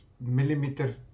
millimeter